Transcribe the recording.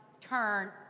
turn